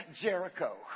Jericho